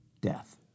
Death